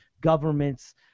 governments